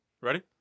Ready